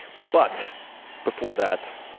but before that,